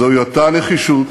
זוהי אותה נחישות,